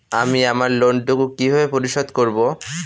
আমি আমার লোন টুকু কিভাবে পরিশোধ করব?